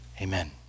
Amen